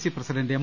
C president M